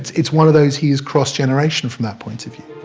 it's it's one of those, he's cross generation, from that point of view.